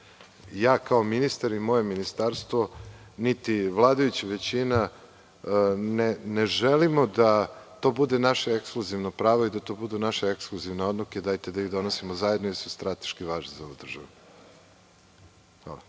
ja kao ministar i moje ministarstvo, niti vladajuća većina, ne želimo da to bude naše ekskluzivno pravo i da to budu naše ekskluzivne odluke. Dajte da ih donosimo zajedno jer su one strateški važne za ovu državu.